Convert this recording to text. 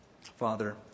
Father